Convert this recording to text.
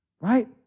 right